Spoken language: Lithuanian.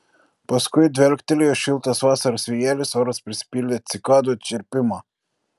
paskui dvelktelėjo šiltas vasaros vėjelis oras prisipildė cikadų čirpimo